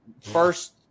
first